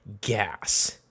gas